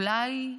אולי,